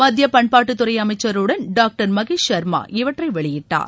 மத்திய பண்பாட்டுத் துறை அமைச்சருடன் டாக்டர் மகேஷ் ச்மா இவற்றை வெளியிட்டார்